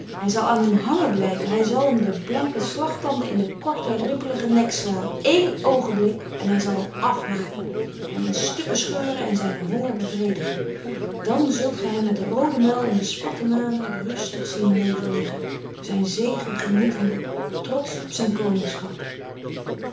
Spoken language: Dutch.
hij zal aan hem hangen blijven hij zal hem de blanke slagtanden in den korten rimpeligen nek slaan één oogenblik en hij zal hem afmaken hem in stukken scheuren en zijnen honger bevredigen dan zult gij hem met rooden muil en bespatte manen rustig zien nederliggen zijn zege genietende trotsch op zijn